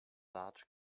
large